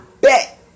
bet